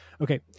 Okay